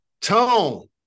Tone